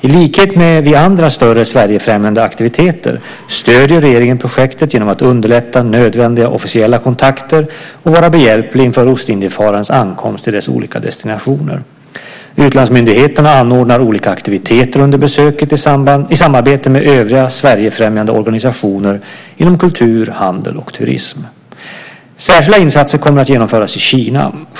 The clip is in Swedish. I likhet med vid andra större Sverigefrämjande aktiviteter stöder regeringen projektet genom att underlätta nödvändiga officiella kontakter och vara behjälplig inför Ostindiefararens ankomst till dess olika destinationer. Utlandsmyndigheterna anordnar olika aktiviteter under besöket i samarbete med övriga Sverigefrämjande organisationer inom kultur, handel och turism. Särskilda insatser kommer att genomföras i Kina.